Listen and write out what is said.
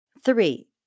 Three